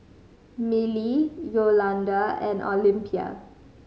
Milly Yolonda and Olympia